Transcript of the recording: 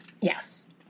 Yes